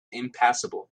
impassable